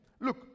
Look